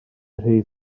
rif